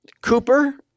Cooper